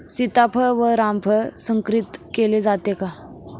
सीताफळ व रामफळ संकरित केले जाते का?